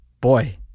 boy